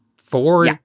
four